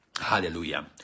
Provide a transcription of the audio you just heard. Hallelujah